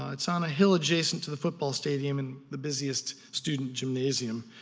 ah it's on a hill adjacent to the football stadium and the busiest student gymnasium.